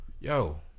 yo